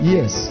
Yes